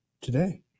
today